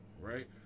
right